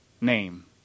name